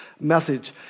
message